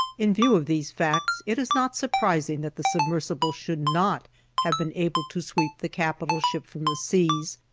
in view of these facts, it is not surprising that the submersible should not have been able to sweep the capital ship from the seas,